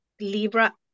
Libra